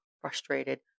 frustrated